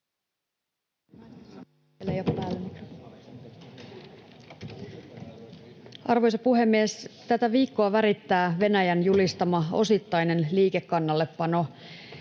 Arvoisa puhemies! Tätä viikkoa värittää Venäjän julistama osittainen liikekannallepano.